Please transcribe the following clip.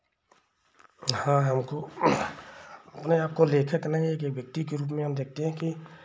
हाँ हमको अपने आप को लेखक नहीं एक व्यक्ति के रूप में हम देखते हैं कि